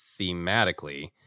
thematically